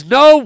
no